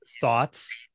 thoughts